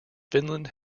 finland